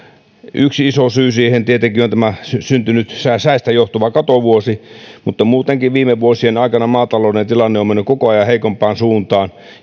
yksi iso syy siihen tietenkin on tämä syntynyt säästä johtuva katovuosi mutta muutenkin viime vuosien aikana maatalouden tilanne on mennyt koko ajan heikompaan suuntaan